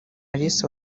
alice